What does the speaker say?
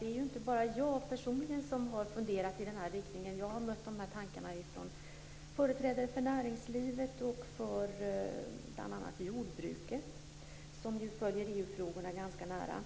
Det är inte bara jag personligen som har funderat i denna riktning. Jag har mött dessa tankar från företrädare för näringslivet och för bl.a. jordbruket, som ju följer EU-frågorna ganska nära.